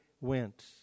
went